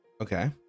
Okay